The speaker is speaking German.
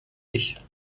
ich